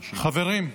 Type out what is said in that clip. חברים,